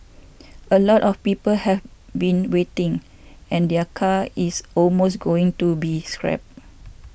a lot of people have been waiting and their car is almost going to be scrapped